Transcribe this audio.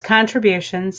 contributions